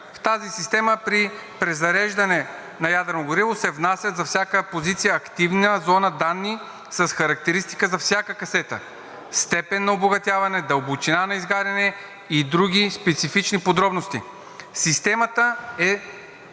В тази система при презареждане на ядрено гориво се внася за всяка позиция активна зона данни с характеристика за всяка касета, степен на обогатяване, дълбочина на изгаряне и други специфични подробности. Системата е